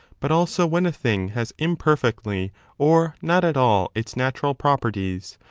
but also when a thing has imperfectly or not at all its natural properties,